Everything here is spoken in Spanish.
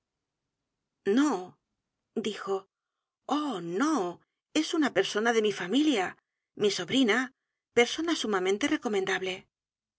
no dijo oh no es una persona de mi familia mi sobrina persona sumamente recomendable